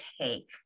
take